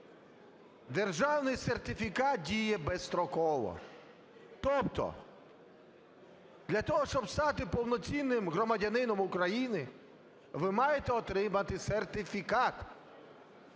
"Державний сертифікат діє безстроково". Тобто для того, щоб стати повноцінним громадянином України ви маєте отримати сертифікат: